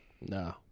No